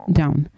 down